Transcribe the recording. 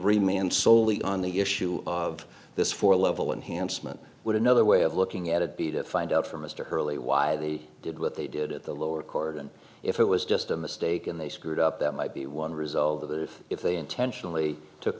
remain solely on the issue of this for level enhanced meant would another way of looking at it be to find out from mr hurley why they did what they did at the lower court and if it was just a mistake and they screwed up that might be one result of the if they intentionally took